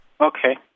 Okay